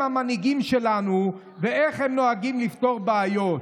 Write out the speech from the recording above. המנהיגים שלנו ואיך הם נוהגים לפתור בעיות.